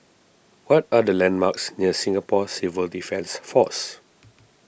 what are the landmarks near Singapore Civil Defence force